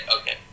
Okay